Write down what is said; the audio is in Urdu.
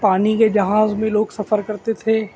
پانی کے جہاز میں لوک سفر کرتے تھے